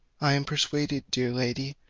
i am persuaded, dear lady,